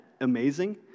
amazing